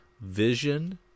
Vision